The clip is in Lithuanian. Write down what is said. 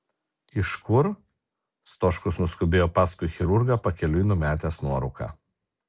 iš kur stoškus nuskubėjo paskui chirurgą pakeliui numetęs nuorūką